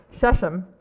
Sheshem